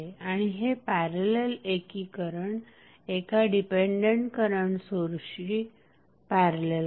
आणि हे पॅरलल एकीकरण एका डिपेंडंट करंट सोर्सशी पॅरलल आहे